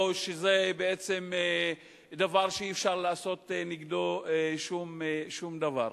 או שזה בעצם דבר שאי-אפשר לעשות נגדו שום דבר?